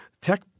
tech